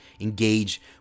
engage